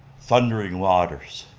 thundering waters.